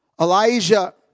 Elijah